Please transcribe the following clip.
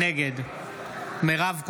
נגד מירב כהן,